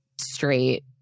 straight